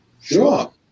Sure